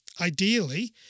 ideally